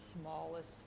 smallest